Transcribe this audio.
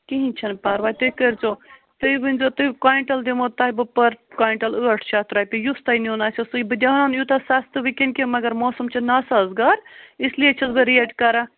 کِہیٖنۍ چھُنہٕ پَرواے تُہۍ کٔرۍزیٚو تُہۍ ؤنۍزیٚو تُہۍ کۅیِنٛٹل دِمہو تۄہہِ بہٕ پٔر کۅینٛٹل ٲٹھ شَتھ رۄپیہِ یُس تۄہہِ نِیُن آسوٕ سُے بہٕ دِمہٕ ہا نہٕ یوٗتاہ سَستہٕ وُنکٮ۪ن کیٚنٛہہ مگر موسم چھُ ناسازگار اِسلیے چھَس بہٕ ریٹ کَران